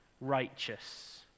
righteous